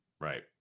Right